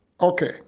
Okay